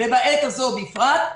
ובעת הזאת בפרט.